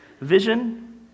Vision